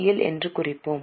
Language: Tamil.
எல் என்று குறிப்போம்